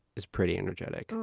is pretty energetic.